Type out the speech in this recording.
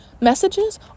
messages